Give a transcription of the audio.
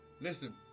Listen